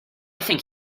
think